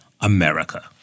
America